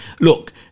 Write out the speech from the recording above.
look